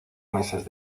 meses